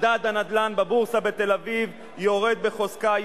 מדד הנדל"ן בבורסה בתל-אביב יורד בחוזקה,